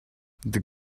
the